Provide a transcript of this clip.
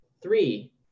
Three